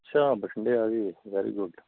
ਅੱਛਾ ਬਠਿੰਡੇ ਆ ਗਏ ਵੈਰੀ ਗੁੱਡ